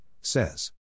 says